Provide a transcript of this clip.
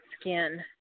skin